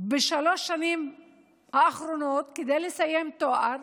בשלוש השנים האחרונות כדי לסיים תואר,